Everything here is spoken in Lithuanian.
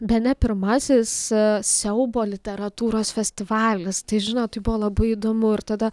bene pirmasis siaubo literatūros festivalis tai žinot tai buvo labai įdomu ir tada